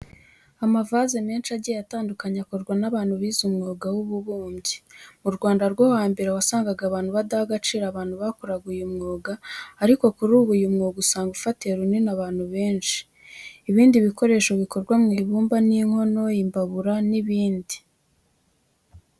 Amavaze menshi agiye atandukanye akorwa n'abantu bize umwuga w'ububumbyi. Mu Rwanda rwo hambere wasangaga abantu badaha agaciro abantu bakoraga uyu mwuga ariko kuri ubu, uyu mwuga usanga ufatiye runini abantu benshi. Ibindi bikoresho bikorwa mu ibumba ni nk'inkono, imbabura n'ibindi.